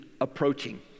approaching